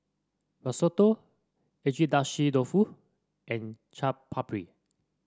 Risotto Agedashi Dofu and Chaat Papri